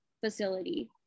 facility